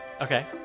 okay